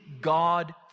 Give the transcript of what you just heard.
God